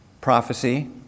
prophecy